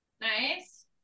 Nice